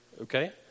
okay